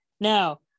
Now